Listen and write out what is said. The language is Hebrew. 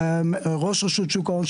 ראש רשות שוק ההון,